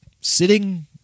sitting